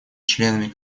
членами